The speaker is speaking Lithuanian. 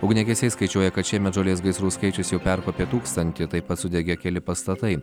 ugniagesiai skaičiuoja kad šiemet žolės gaisrų skaičius jau perkopė tūkstantį taip pat sudegė keli pastatai